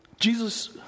Jesus